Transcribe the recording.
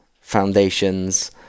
foundations